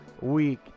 week